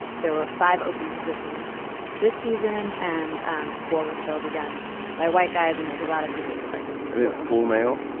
there were five open positions this season and um four were filled again by white guys. and there's a lot of debate like and this. and it's all male.